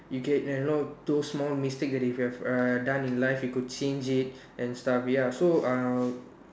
you can uh you know do small mistakes that you have done in your life you could change it and stuff ya so uh